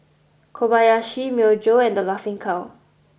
Kobayashi Myojo and The Laughing Cow